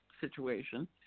situation